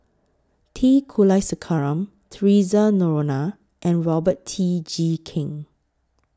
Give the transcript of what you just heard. T Kulasekaram Theresa Noronha and Robert Tee Jee Keng